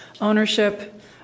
ownership